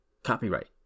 Copyright